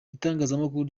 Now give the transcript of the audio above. itangazamakuru